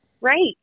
Right